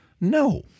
No